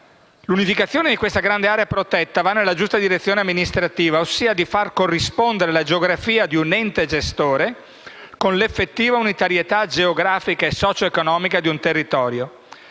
L'unificazione di questa grande area protetta va nella giusta direzione amministrativa, ossia quella di far corrispondere la geografia di un ente gestore con l'effettiva unitarietà geografica e socioeconomica di un territorio.